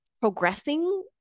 progressing